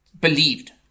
believed